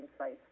space